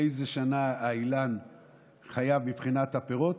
לאיזו שנה האילן חייב מבחינת הפירות,